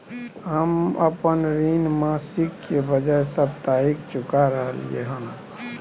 हम अपन ऋण मासिक के बजाय साप्ताहिक चुका रहलियै हन